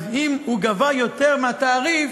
אם הוא לוקח יותר מהתעריף,